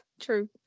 true